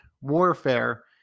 warfare